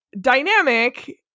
dynamic